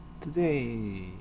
Today